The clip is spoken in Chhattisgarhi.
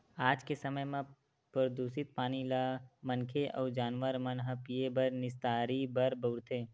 आज के समे म परदूसित पानी ल मनखे अउ जानवर मन ह पीए बर, निस्तारी बर बउरथे